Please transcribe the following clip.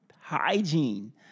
hygiene